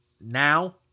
Now